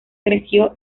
creció